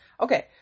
Okay